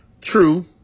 True